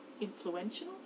influential